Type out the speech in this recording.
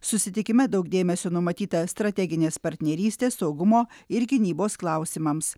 susitikime daug dėmesio numatyta strateginės partnerystės saugumo ir gynybos klausimams